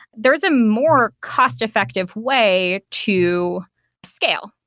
there is more cost effective way to scale.